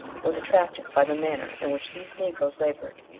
was attracted by the manner in which these negroes laboured.